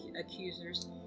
accusers